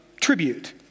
tribute